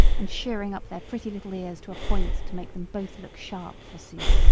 and shearing up their pretty little ears to a point to make them both look sharp, forsooth.